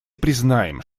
признаем